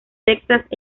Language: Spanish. texas